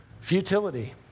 Futility